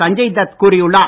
சஞ்சய் தத் கூறியுள்ளார்